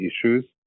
issues